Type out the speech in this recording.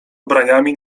ubraniami